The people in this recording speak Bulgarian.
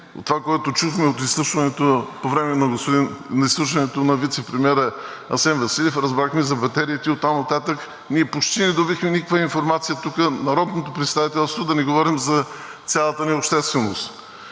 От това, което чухме от изслушването на вицепремиера Асен Василев, разбрахме за батериите. Оттам нататък ние почти не добихме никаква информация тук, народното представителство, да не говорим за цялата ни общественост.